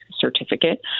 certificate